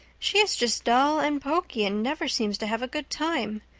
she is just dull and poky and never seems to have a good time.